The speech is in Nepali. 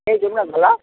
त्यहीँ जाऔँ न त ल